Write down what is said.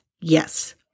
Yes